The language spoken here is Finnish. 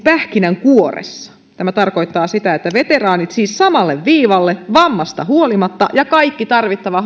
pähkinänkuoressa tarkoittaa sitä että veteraanit siis samalle viivalle vammasta huolimatta ja kaikki tarvittava